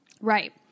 Right